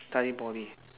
study poly